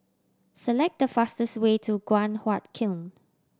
select the fastest way to Guan Huat Kiln